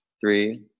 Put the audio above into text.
three